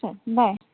चल बाय